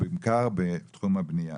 ובעיקר בתחום הבניין.